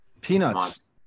Peanuts